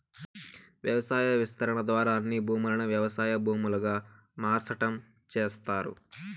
వ్యవసాయ విస్తరణ ద్వారా అన్ని భూములను వ్యవసాయ భూములుగా మార్సటం చేస్తారు